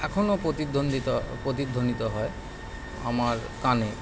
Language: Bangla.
এখনও প্রতিদ্বন্দ্বিতা প্রতিধ্বনিত হয় আমার কানে